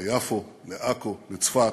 ליפו, לעכו, לצפת,